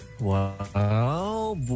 Wow